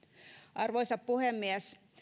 arvoisa puhemies